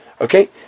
Okay